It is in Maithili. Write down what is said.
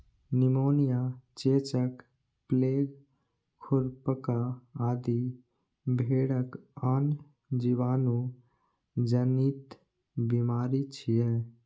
निमोनिया, चेचक, प्लेग, खुरपका आदि भेड़क आन जीवाणु जनित बीमारी छियै